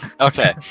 Okay